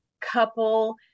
couple